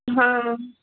हँ